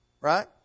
right